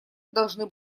должны